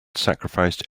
sacrificed